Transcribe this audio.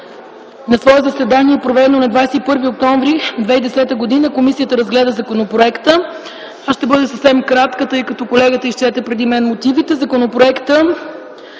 На свое заседание, проведено на 21 октомври 2010 г. Комисията по правни въпроси разгледа законопроекта. Аз ще бъде съвсем кратка, тъй като колегата изчете преди мен мотивите. Законопроектът